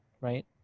right